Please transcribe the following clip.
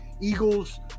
Eagles